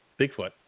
Bigfoot